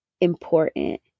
important